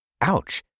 Ouch